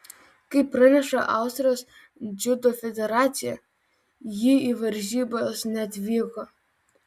kaip praneša austrijos dziudo federacija ji į varžybas neatvyko